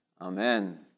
Amen